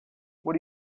what